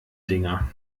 dinger